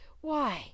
Why